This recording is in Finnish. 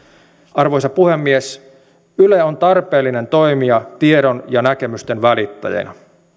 arvoisa puhemies yle on tarpeellinen toimija tiedon ja näkemysten välittäjänä